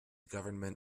government